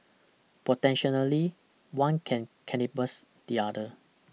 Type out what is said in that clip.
Personality one can cannibalise the other